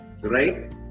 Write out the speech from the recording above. right